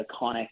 iconic